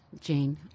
Jane